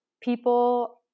people